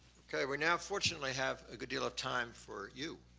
okay, we now fortunately have a good deal of time for you.